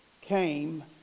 came